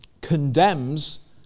condemns